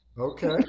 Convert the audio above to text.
Okay